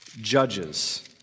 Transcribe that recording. Judges